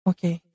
Okay